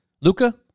Luca